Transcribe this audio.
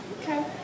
Okay